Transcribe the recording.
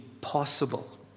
possible